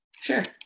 Sure